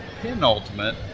penultimate